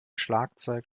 schlagzeug